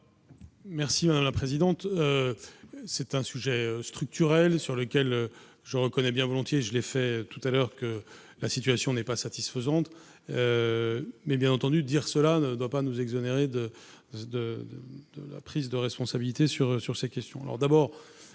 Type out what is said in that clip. Merci madame la présidente, c'est un sujet structurelles sur lesquelles je reconnais bien volontiers, je l'ai fait tout à l'heure que la situation n'est pas satisfaisante, mais bien entendu dire cela ne doit pas nous exonérer de, de, de la prise de responsabilité sur sur ces questions,